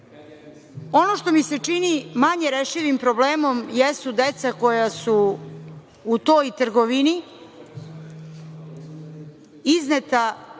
što mi se čini manje rešivim problemom jesu deca koja su u toj trgovini izneta